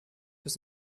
bis